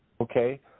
Okay